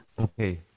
okay